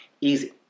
Easy